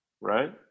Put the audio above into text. right